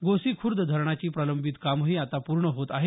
गोसीर्ख्रद धरणाची प्रलंबित कामंही आता पूर्ण होत आहेत